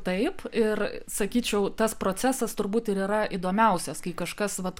taip ir sakyčiau tas procesas turbūt ir yra įdomiausias kai kažkas vat